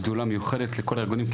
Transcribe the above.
שדולה מיוחדת לכל הארגונים,